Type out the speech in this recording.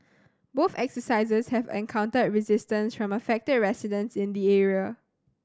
both exercises have encountered resistance from affected residents in the area